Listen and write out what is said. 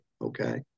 Okay